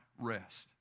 rest